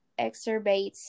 exacerbates